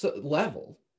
level